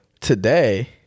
today